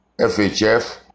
FHF